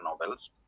novels